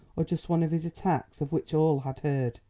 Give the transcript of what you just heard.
or just one of his attacks of which all had heard?